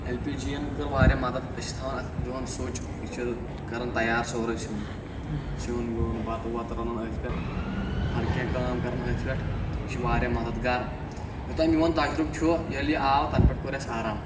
L P G یَن کٔر واریاہ مَدَد أسۍ چھِ تھَاوَان اَتھ دِوَان سُچ یہِ چھِ کَران تیار سورُے سِیُن سِیُن ویٚن بَتہٕ وَتہٕ رَنَان أتھۍ پٮ۪ٹھ ہرکینٛہہ کٲم کَرَان أتھۍ پٮ۪ٹھ یہِ چھِ واریاہ مَدَد گار یوٚتانۍ میون تجرُبہٕ چھُ ییٚلہِ یہِ آو تَنہٕ پٮ۪ٹھ کوٚر اَسہِ آرام